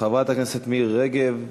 חברת הכנסת מירי רגב,